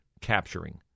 capturing